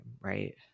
right